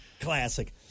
Classic